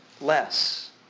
less